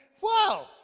Wow